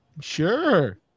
Sure